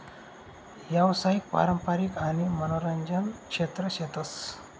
यावसायिक, पारंपारिक आणि मनोरंजन क्षेत्र शेतस